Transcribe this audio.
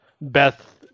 Beth